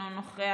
אינו נוכח.